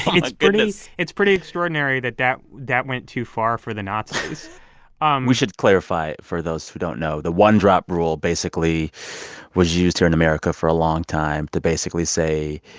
goodness it's pretty extraordinary that that that went too far for the nazis um we should clarify for those who don't know. the one-drop rule basically was used here in america for a long time to basically say,